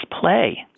play